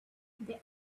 they